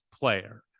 player